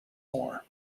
more